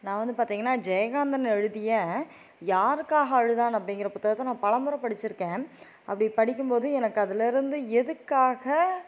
நான் வந்து பார்த்திங்கனா ஜெயகாந்தன் எழுதிய யாருக்காக அழுதான் அப்படிங்கிற புத்தகத்தை நான் பலமுறை படிச்சிருக்கேன் அப்படி படிக்கும் போது எனக்கு அதுலேருந்து எதுக்காக